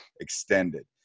extended